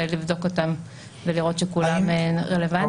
ולבדוק אותם ולראות שהם כולם רלוונטיים.